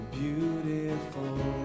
beautiful